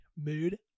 mood